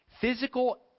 Physical